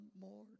more